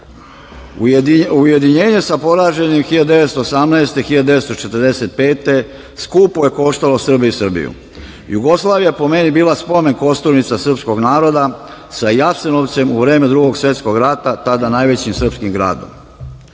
Srbiji. Ujedinjenje sa poraženim 1918. - 1945. skupo je koštalo Srbe i Srbiju. Jugoslavija je po meni bila spomenik kosturnica srpskog naroda sa Jasenovcem u vreme Drugog svetskog rata, tada najvećim srpskim gradom.